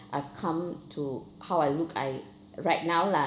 I've come to how I look I right now lah